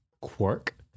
quirk